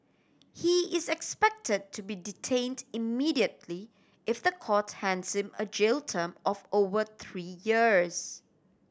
he is expected to be detained immediately if the court hands him a jail term of over three years